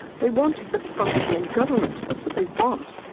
they want a functioning government, that's what they want.